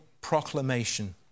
proclamation